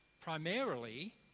Primarily